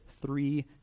three